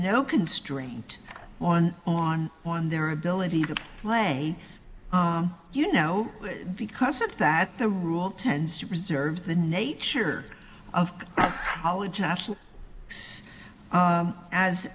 no constraint on on on their ability to play you know because of that the rule tends to preserve the nature of